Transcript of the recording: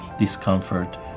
discomfort